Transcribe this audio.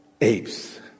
apes